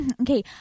Okay